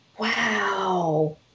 Wow